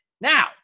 Now